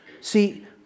See